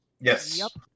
Yes